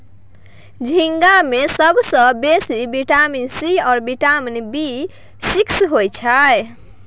झींगा मे सबसँ बेसी बिटामिन सी आ बिटामिन बी सिक्स होइ छै